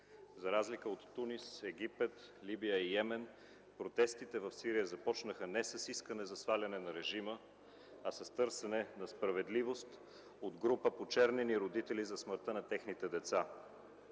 За разлика от Тунис, Египет, Либия и Йемен протестите в Сирия започнаха не с искане за сваляне на режима, а с търсене на справедливост от група почернени родители за смъртта на техните деца.